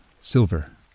Silver